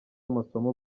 amasomo